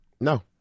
No